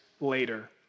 later